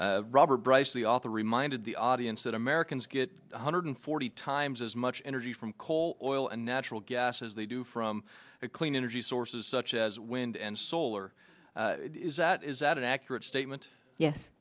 robert bryce the author reminded the audience that americans get one hundred forty times as much energy from coal oil and natural gas as they do from a clean energy sources such as wind and solar is that is that an accurate statement ye